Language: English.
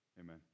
amen